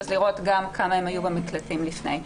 לראות כמה הן היו במקלטים לפני כן.